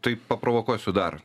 tai paprovokuosiu dar